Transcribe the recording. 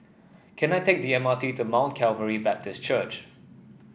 can I take the M R T to Mount Calvary Baptist Church